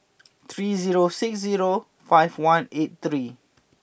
three zero six zero five one eight three